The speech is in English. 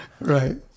right